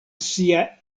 sia